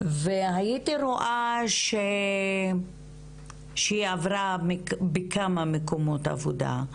והייתי רואה שהיא עברה בכמה מקומות עבודה,